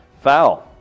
Foul